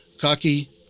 Cocky